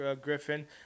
Griffin